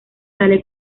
sale